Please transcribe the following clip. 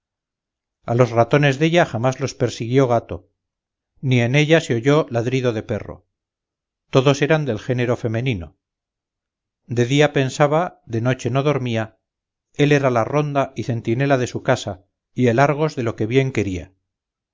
a los ratones della jamás los persiguió gato ni en ella se oyó ladrido de perro todos eran del género femenino de día pensaba de noche no dormía él era la ronda y centinela de su casa y el argos de lo que bien quería